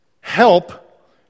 help